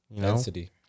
density